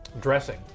dressing